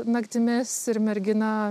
naktimis ir mergina